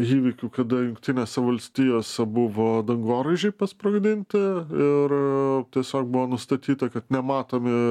įvykių kada jungtinėse valstijose buvo dangoraižiai pasprogdinti ir tiesiog buvo nustatyta kad nematomi